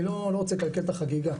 אני לא רוצה לקלקל את החגיגה,